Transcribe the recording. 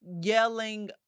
yelling